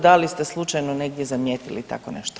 Da li ste slučajno negdje zamijetili tako nešto?